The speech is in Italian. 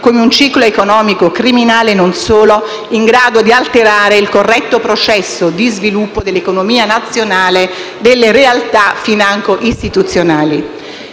come un ciclo economico criminale - e non solo - in grado di alterare il corretto processo di sviluppo dell'economia nazionale delle realtà financo istituzionali.